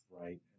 Right